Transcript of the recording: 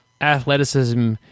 athleticism